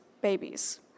babies